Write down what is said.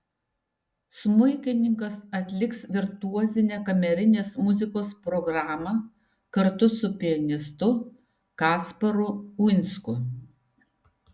smuikininkas atliks virtuozinę kamerinės muzikos programą kartu su pianistu kasparu uinsku